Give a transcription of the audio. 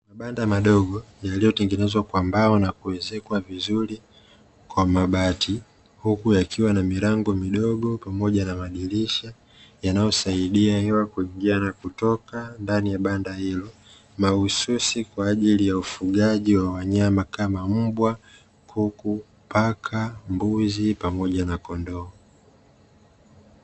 Mabanda madogo yaliyotengenezwa kwa mbao na kuezekwa vizuri kwa mabati, huku yakiwa na milango midogo pamoja na madirisha yanayosaidia hewa kuingia na kutoka ndani ya banda hilo, mahususi kwa ajili ya ufugaji wa wanyama kama: mbwa, kuku, paka, mbuzi pamoja na kondoo.